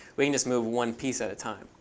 we can just move one piece at a time.